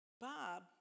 Bob